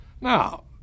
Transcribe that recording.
Now